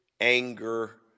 anger